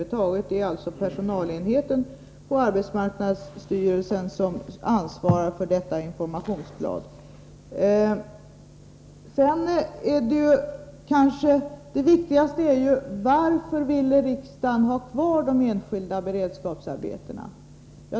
Det är personalenheten på arbetsmarknadsstyrelsen som svarar för informationsbladet. Det viktigaste här är ju: Varför ville riksdagen ha kvar de enskilda beredskapsarbetena?